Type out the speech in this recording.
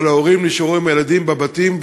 אבל ההורים נשארו עם הילדים בבתים,